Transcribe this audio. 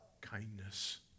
kindness